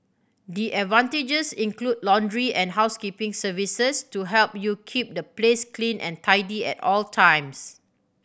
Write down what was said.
the advantages include laundry and housekeeping services to help you keep the place clean and tidy at all times